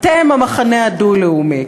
אתם המחנה הדו-לאומי.